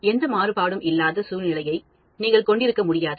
எந்த மாறுபாடும் இல்லாத சூழ்நிலையை நீங்கள் கொண்டிருக்க முடியாது